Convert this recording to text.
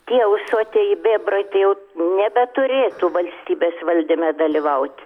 tie ūsuotieji bebrai tai jau nebeturėtų valstybės valdyme dalyvauti